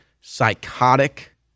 psychotic